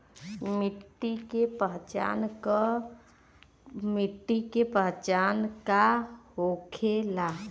मिट्टी के पहचान का होखे ला?